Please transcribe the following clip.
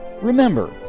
Remember